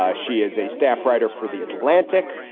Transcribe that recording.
ah she is a staff writer for the atlantic.